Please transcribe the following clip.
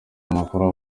amakuru